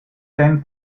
ten